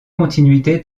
continuité